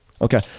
Okay